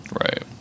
Right